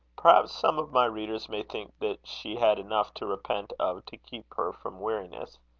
perhaps some of my readers may think that she had enough to repent of to keep her from weariness.